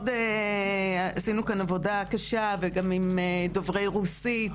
עשינו כאן עבודה קשה גם עם דוברי רוסית,